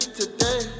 today